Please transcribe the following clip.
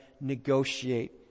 negotiate